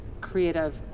creative